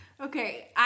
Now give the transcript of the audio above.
Okay